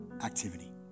activity